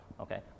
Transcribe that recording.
Okay